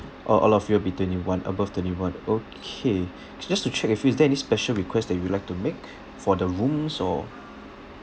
oh all of you will be twenty one above twenty one okay just to check with you is there any special request that you would like to make for the rooms or